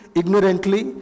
ignorantly